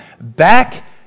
back